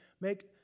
make